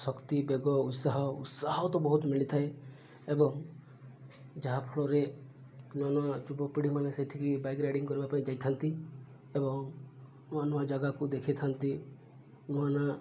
ଶକ୍ତି ବେଗ ଉତ୍ସାହ ଉତ୍ସାହ ତ ବହୁତ ମିଳିଥାଏ ଏବଂ ଯାହାଫଳରେ ନୂଆ ନୂଆ ଯୁବପିଢ଼ିମାନେ ସେଇଠିକି ବାଇକ୍ ରାଇଡ଼ିଂ କରିବା ପାଇଁ ଯାଇଥାନ୍ତି ଏବଂ ନୂଆ ନୂଆ ଜାଗାକୁ ଦେଖେଇଥାନ୍ତି ନୂଆ ନୂଆ